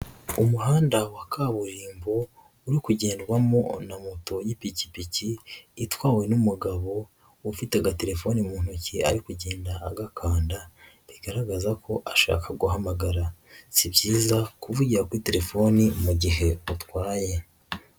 Umuhanda wa kaburimbo uri kugendwamo na moto y'ipikipiki, itwawe n'umugabo ufite agatelefone mu ntoki, ari kugenda agakanda, bigaragaza ko ashaka guhamagara. Si byiza kuvugira kuri telefoni mu gihe utwaye.